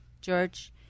George